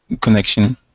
connection